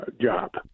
job